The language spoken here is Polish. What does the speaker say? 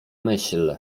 myśl